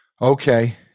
Okay